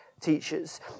teachers